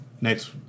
Next